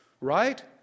Right